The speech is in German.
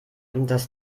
das